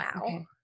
Wow